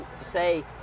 say